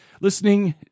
listening